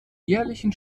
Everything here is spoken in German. jährlichen